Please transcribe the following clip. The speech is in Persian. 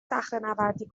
صخرهنوردی